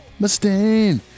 Mustaine